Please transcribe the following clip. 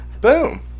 Boom